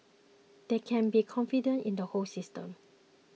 they can be confident in the whole system